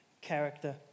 character